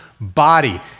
body